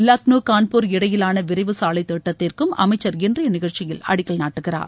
லக்ளோ கான்பூர் இடையிலான விரைவு சாலைத்திட்டத்திற்கும் அமைச்சர் இன்றைய நிகழ்ச்சியில் அடிக்கல் நாட்டுகிறார்